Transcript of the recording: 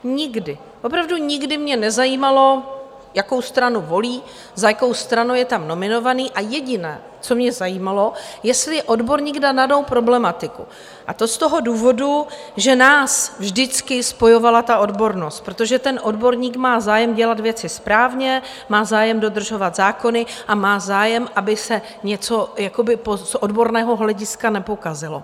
Nikdy, opravdu nikdy mě nezajímalo, jakou stranu volí, za jakou stranu je tam nominovaný, a jediné, co mě zajímalo, jestli je odborník na danou problematiku, a to z toho důvodu, že nás vždycky spojovala odbornost, protože odborník má zájem dělat věci správně, má zájem dodržovat zákony a má zájem, aby se něco z odborného hlediska nepokazilo.